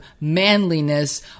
manliness